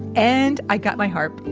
and i got my harp.